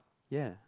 ya